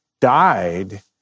died